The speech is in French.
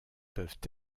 peuvent